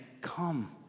Come